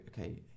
okay